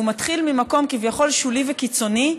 שהוא מתחיל ממקום כביכול שולי וקיצוני,